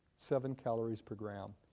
seven calories per gram.